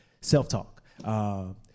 self-talk